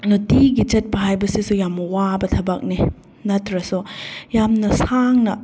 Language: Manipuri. ꯅꯨꯡꯇꯤꯒꯤ ꯆꯠꯄ ꯍꯥꯏꯕꯁꯤꯁꯨ ꯌꯥꯝ ꯋꯥꯕ ꯊꯕꯛꯅꯤ ꯅꯠꯇ꯭ꯔꯁꯨ ꯌꯥꯝꯅ ꯁꯥꯡꯅ